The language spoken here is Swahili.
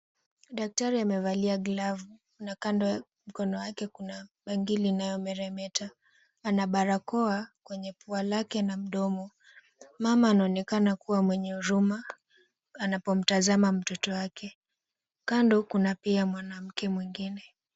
Daktari amevalia glavu na kando ya mkono wake kuna bangili inayomeremeta. Ana barakoa kwenye pua lake na mdomo. Mama anaonekana kuwa mwenye huruma anapomtazama mtoto wake. Kando kuna pia mwanamke mwingine.